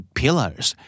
pillars